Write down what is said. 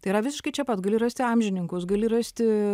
tai yra visiškai čia pat gali rasti amžininkus gali rasti